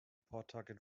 pawtucket